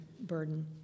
burden